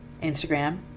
instagram